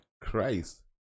Christ